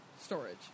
storage